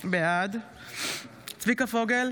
בעד צביקה פוגל,